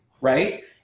Right